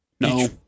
no